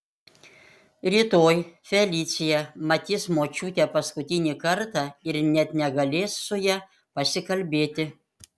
rytoj felicija matys močiutę paskutinį kartą ir net negalės su ja pasikalbėti